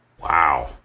Wow